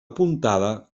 apuntada